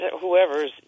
whoever's